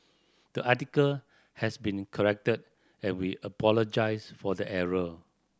the article has been corrected and we apologise for the error